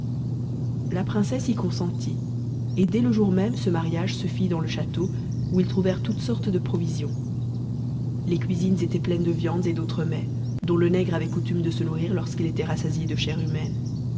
la princesse y consentit et dès le jour même ce mariage se fit dans le château où ils trouvèrent toutes sortes de provisions les cuisines étaient pleines de viandes et d'autres mets dont le nègre avait coutume de se nourrir lorsqu'il était rassasié de chair humaine